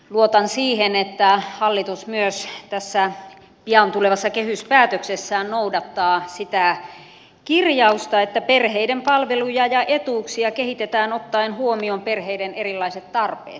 luotan siihen että hallitus myös tässä pian tulevassa kehyspäätöksessään noudattaa sitä kirjausta että perheiden palveluja ja etuuksia kehitetään ottaen huomioon perheiden erilaiset tarpeet